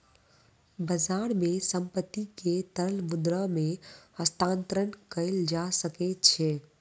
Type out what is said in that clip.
बजार मे संपत्ति के तरल मुद्रा मे हस्तांतरण कयल जा सकै छै